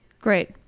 Great